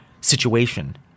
situation